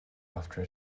after